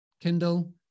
Kindle